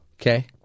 Okay